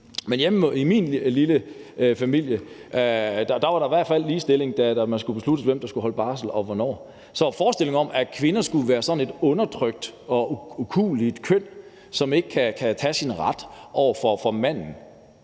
men hjemme i min lille familie var der i hvert fald ligestilling, da det skulle besluttes, hvem der skulle holde barsel og hvornår. Så forestillingen om, at kvinder skulle være sådan et undertrykt og kuet køn, som ikke kan tage sin ret over for manden,